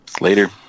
Later